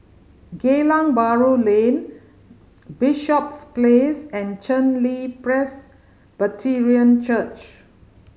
Geylang Bahru Lane Bishops Place and Chen Li Presbyterian Church